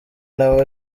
nawe